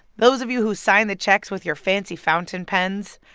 those of you who sign the checks with your fancy fountain pens.